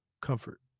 comfort